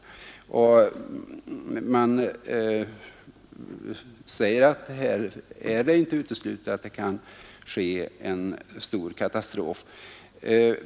Tidningen skriver att det inte är uteslutet att följden någonstans kan bli en stor katastrof.